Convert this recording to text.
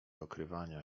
okrywania